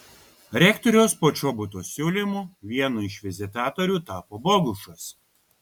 rektoriaus počobuto siūlymu vienu iš vizitatorių tapo bogušas